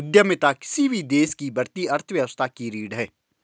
उद्यमिता किसी भी देश की बढ़ती अर्थव्यवस्था की रीढ़ है